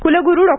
कुलगुरू डॉ